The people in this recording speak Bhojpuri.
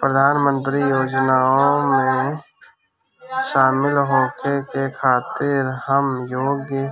प्रधान मंत्री योजनओं में शामिल होखे के खातिर हम योग्य